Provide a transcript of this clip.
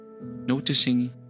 noticing